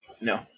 No